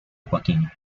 joaquín